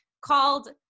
called